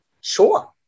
Sure